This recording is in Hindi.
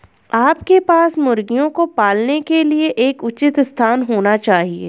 आपके पास मुर्गियों को पालने के लिए एक उचित स्थान होना चाहिए